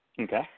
Okay